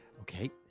Okay